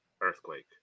Earthquake